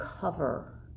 cover